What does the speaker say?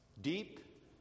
Deep